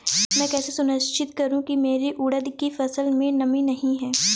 मैं कैसे सुनिश्चित करूँ की मेरी उड़द की फसल में नमी नहीं है?